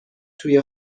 توی